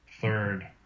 third